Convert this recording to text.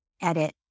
edit